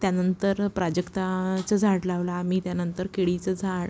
त्यानंतर प्राजक्ताचं झाड लावला आम्ही त्यानंतर केळीचं झाड